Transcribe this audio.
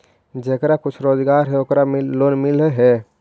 जेकरा कुछ रोजगार है ओकरे लोन मिल है?